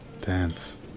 dance